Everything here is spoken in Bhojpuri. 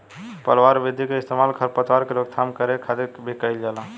पलवार विधि के इस्तेमाल खर पतवार के रोकथाम करे खातिर भी कइल जाला